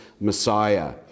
Messiah